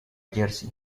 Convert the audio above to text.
jersey